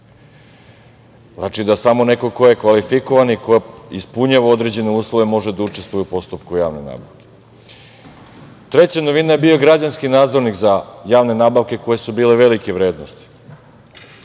znači da samo neko ko je kvalifikovan i ko ispunjava određene uslove može da učestvuje u postupku javne nabavke. Treća novina je bio građanski nadzornik za javne nabavke koje su bile velike vrednosti.